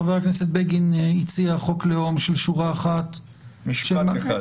חבר הכנסת בגין הציע חוק לאום של שורה אחת -- משפט אחד.